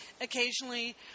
occasionally